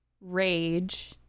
rage